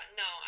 no